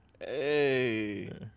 Hey